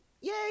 Yay